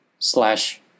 slash